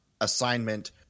assignment